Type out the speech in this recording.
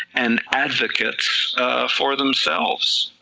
and advocates for themselves,